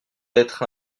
être